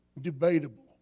debatable